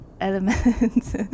elements